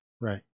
Right